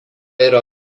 yra